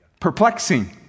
perplexing